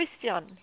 Christian